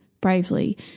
bravely